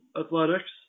Athletics